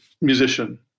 musician